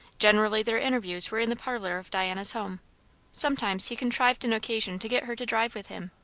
generally their interviews were in the parlour of diana's home sometimes he contrived an occasion to get her to drive with him,